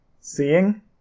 Seeing